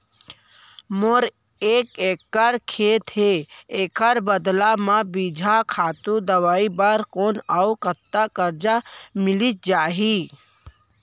मोर एक एक्कड़ खेत हे, एखर बदला म बीजहा, खातू, दवई बर कोन अऊ कतका करजा मिलिस जाही?